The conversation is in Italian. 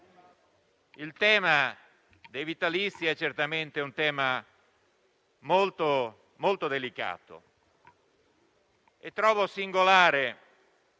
il tema dei vitalizi è certamente molto delicato e trovo singolare